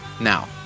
now